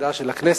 ידה של הכנסת,